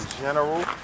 general